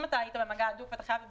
אם היית במגע הדוק ואתה חייב בבידוד,